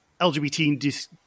LGBT